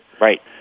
Right